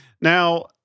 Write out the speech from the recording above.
Now